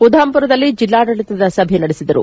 ಉಧಮ್ಮರದಲ್ಲಿ ಜಿಲ್ಲಾಡಳಿತದ ಸಭೆ ನಡೆಸಿದರು